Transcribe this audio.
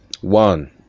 one